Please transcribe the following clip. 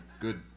good